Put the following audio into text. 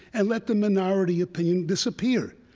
and let the minority opinion disappear.